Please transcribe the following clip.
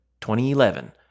2011